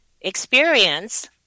experience